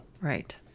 Right